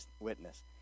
witness